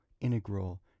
integral